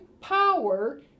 power